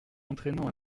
entraînant